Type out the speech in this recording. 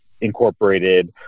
incorporated